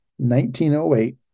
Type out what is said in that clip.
1908